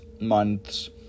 month's